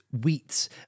wheat